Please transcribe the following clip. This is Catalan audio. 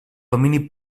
domini